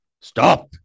stop